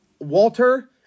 Walter